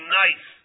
nice